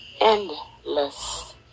endless